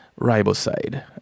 riboside